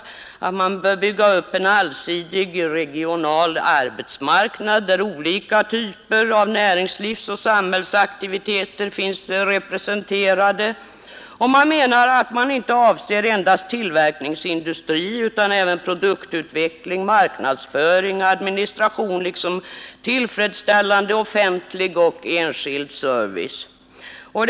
Detta innebär att man bör söka bygga upp en allsidig regional arbetsmarknad, där olika typer av näringslivsoch samhällsaktiviteter finns representerade. Vad näringslivet beträffar räcker det emellertid inte med enbart den tillverkande funktionen. Även kvalificerad produktutveckling, marknadsföring och administration bör finnas representerad. Vidare måste en tillfredsställande offentlig och enskild service finnas.